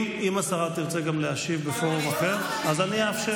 אם השרה תרצה גם להשיב בפורום אחר, אז אני אאפשר.